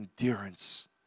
endurance